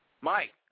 Mike